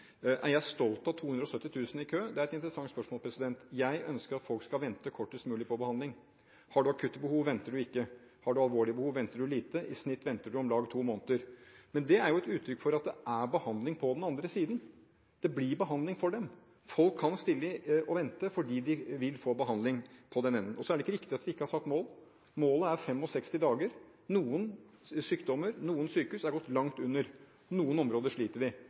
Er jeg stolt av 270 000 i kø? Det er et interessant spørsmål. Jeg ønsker at folk skal vente kortest mulig på behandling. Har du akutte behov, venter du ikke. Har du alvorlige behov, venter du lite. I snitt venter du om lag to måneder. Men det er jo et uttrykk for at det er behandling på den andre siden. Det blir behandling for dem. Folk kan vente fordi de vil få behandling. Det er ikke riktig at vi ikke har satt mål. Målet er 65 dager. For noen sykdommer er noen sykehus langt under, men på noen områder sliter vi.